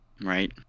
right